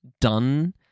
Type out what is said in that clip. done